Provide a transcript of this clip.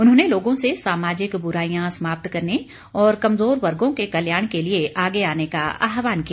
उन्होंने लोगों से सामाजिक बुराईयां समाप्त करने और कमज़ोर वर्गों के कल्याण के लिए आगे आने का आह्वान किया